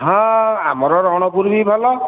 ହଁ ଆମର ରଣପୁର ବି ଭଲ